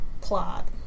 plot